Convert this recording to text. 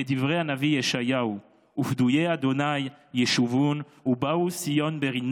כדברי הנביא ישעיהו: "ופדויי ה' ישֻׁבון ובאו ציון ברנה